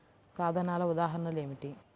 సాధనాల ఉదాహరణలు ఏమిటీ?